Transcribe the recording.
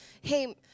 hey